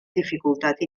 dificultat